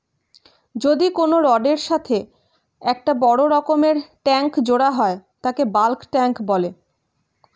যদি কোনো রডের এর সাথে একটা বড় রকমের ট্যাংক জোড়া হয় তাকে বালক ট্যাঁক বলে